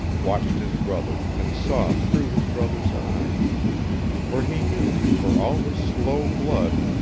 watched his brother and saw through his brother's eyes for he knew, for all his slow blood,